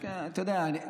אתה יודע,